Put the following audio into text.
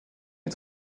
est